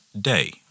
day